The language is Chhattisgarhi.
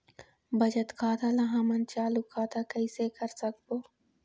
बचत खाता ला हमन चालू खाता कइसे कर सकबो?